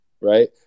Right